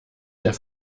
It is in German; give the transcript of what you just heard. der